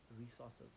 resources